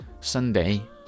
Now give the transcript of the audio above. sunday